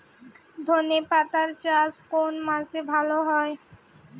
ধনেপাতার চাষ কোন মাসে ভালো হয়?